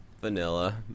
Vanilla